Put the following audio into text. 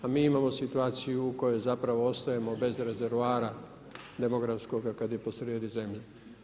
A mi imamo situaciju u kojoj zapravo ostajemo bez rezervoara demografskoga kad je posrijedi zemlja.